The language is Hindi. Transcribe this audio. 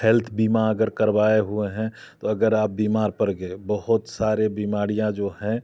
हेल्थ बीमा अगर करवाए हुए हैं तो अगर आप बीमार पर गए बहुत सारे बीमारियाँ जो हैं